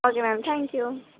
okay ma'am thank you